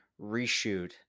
reshoot